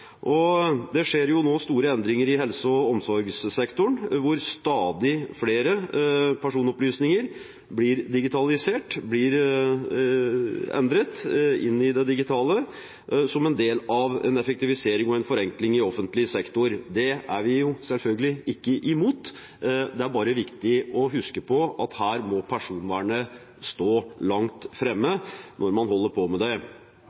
personvern. Det skjer nå store endringer i helse- og omsorgssektoren, hvor stadig flere personopplysninger blir digitalisert, blir endret inn i det digitale som en del av en effektivisering og forenkling i offentlig sektor. Det er vi selvfølgelig ikke imot, det er bare viktig å huske på at her må personvernet stå langt fremme når man holder på med dette. Det